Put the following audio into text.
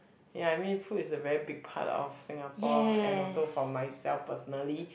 ya I mean food is a very big part of Singapore and also for myself personally